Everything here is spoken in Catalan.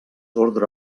orde